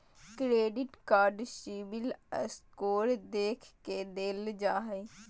credit card CIBIL score देख के देल जा हइ